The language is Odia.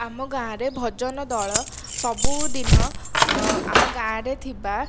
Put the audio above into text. ଆମ ଗାଁରେ ଭଜନ ଦଳ ସବୁଦିନ ଆମ ଗାଁରେ ଥିବା